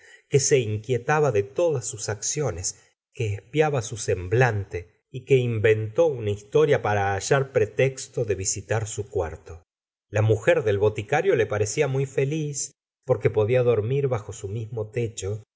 que se inquietaba de todas sus acciones que espiaba su semblante y que inventó una historia para hallar pretexto de visitar su cuarto la mujer del boticario le parecía muy feliz porque podía dormir bajo su mismo techo